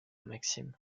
maxime